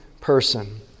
person